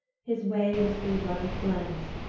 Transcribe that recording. his way was through rugged glens,